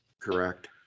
Correct